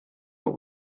what